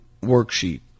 worksheet